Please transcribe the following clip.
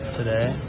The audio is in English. today